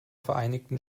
vereinigten